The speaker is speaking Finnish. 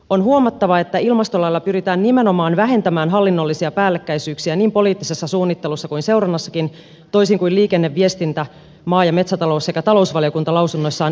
on huomattava että ilmastolailla pyritään nimenomaan vähentämään hallinnollisia päällekkäisyyksiä niin poliittisessa suunnittelussa kuin seurannassakin toisin kuin liikenne ja viestintä maa ja metsätalous sekä talousvaliokunta lausunnoissaan epäilevät